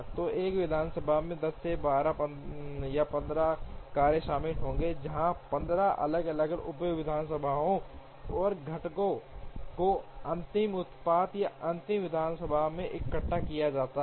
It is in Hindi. तो एक विधानसभा में 10 या 12 या 15 कार्य शामिल होंगे जहां 15 अलग अलग उप विधानसभाओं और घटकों को अंतिम उत्पाद या अंतिम विधानसभा में इकट्ठा किया जाता है